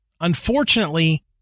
Unfortunately